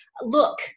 Look